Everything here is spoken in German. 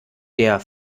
der